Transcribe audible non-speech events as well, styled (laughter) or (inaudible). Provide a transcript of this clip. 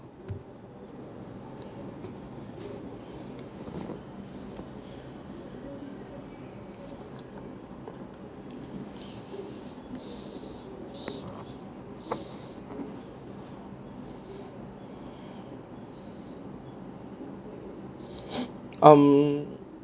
(breath) um